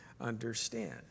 understand